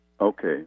Okay